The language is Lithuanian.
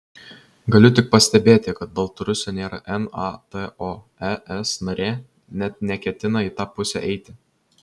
galiu tik pastebėti kad baltarusija nėra nato es narė net neketina į tą pusę eiti